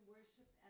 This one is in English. worship